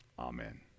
Amen